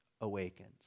awakens